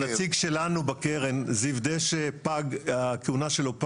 הנציג שלנו בקרן, הכהונה שלו פגה,